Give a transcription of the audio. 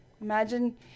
Imagine